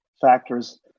factors